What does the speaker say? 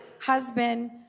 husband